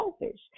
selfish